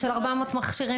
של 400 מכשירים?